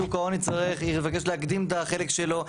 שוק ההון יבקש להקדים את החלק שלו.